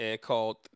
called